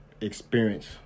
experience